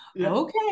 okay